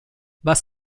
was